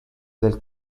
del